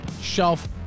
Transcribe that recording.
shelf